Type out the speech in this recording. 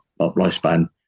lifespan